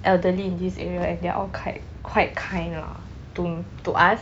elderly in this area and they are all quite quite kind lah to to us